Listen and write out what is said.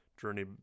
Journey